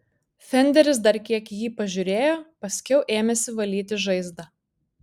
fenderis dar kiek į jį pažiūrėjo paskiau ėmėsi valyti žaizdą